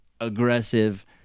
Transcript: aggressive